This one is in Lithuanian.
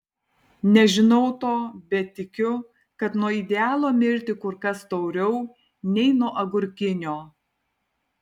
nežinau to bet tikiu kad nuo idealo mirti kur kas tauriau nei nuo agurkinio